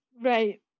Right